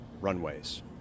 runways